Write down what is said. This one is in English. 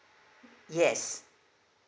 yes